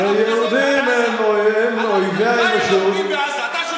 שיהודים הם אויבי האנושות, אתה שותף,